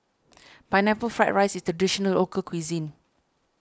Pineapple Fried Rice is a Traditional Local Cuisine